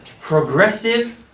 progressive